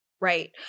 Right